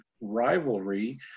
rivalry